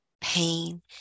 pain